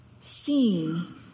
seen